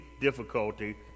difficulty